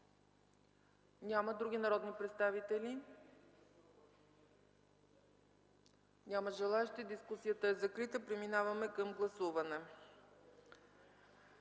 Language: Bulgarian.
Няма. Други народни представители? Няма желаещи. Дискусията е закрита. Преминаваме към гласуване.